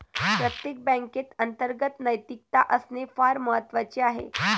प्रत्येक बँकेत अंतर्गत नैतिकता असणे फार महत्वाचे आहे